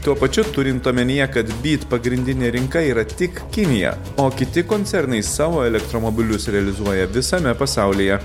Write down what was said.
tuo pačiu turint omenyje kad byt pagrindinė rinka yra tik kinija o kiti koncernai savo elektromobilius realizuoja visame pasaulyje